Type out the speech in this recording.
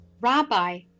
rabbi